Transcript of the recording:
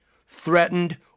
threatened